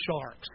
sharks